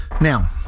Now